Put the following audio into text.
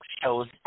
shows